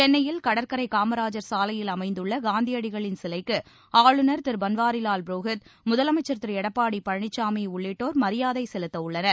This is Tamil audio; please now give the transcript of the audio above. சென்னையில் கடற்கரை காமராஜ் சாலையில் அமைந்துள்ள காந்தியடிகளின் சிலைக்கு ஆருளுநர் திரு பன்வாரிவால் புரோகித் முதலமைச்ச் திரு எடப்பாடி பழனிசாமி உள்ளிட்டோர் மரியாதை செலுத்த உள்ளனர்